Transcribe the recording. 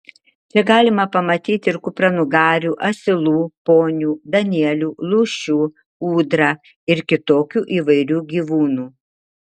čia galima pamatyti ir kupranugarių asilų ponių danielių lūšių ūdrą ir kitokių įvairių gyvūnų